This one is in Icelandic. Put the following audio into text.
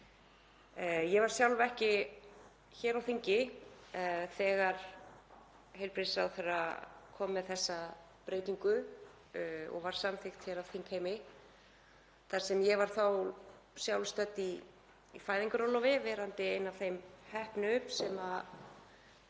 Ég var sjálf ekki hér á þingi þegar heilbrigðisráðherra kom með þessa breytingu, og hún var samþykkt af þingheimi, þar sem ég var þá sjálf í fæðingarorlofi verandi ein af þeim heppnu sem